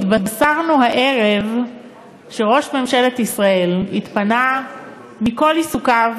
התבשרנו הערב שראש ממשלת ישראל התפנה מכל עיסוקיו,